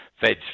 Fed's